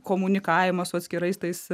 komunikavimo su atskirais tais